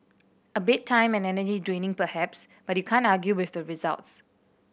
a bit time and energy draining perhaps but you can't argue with the results